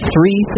three